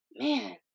man